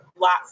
lots